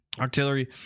Artillery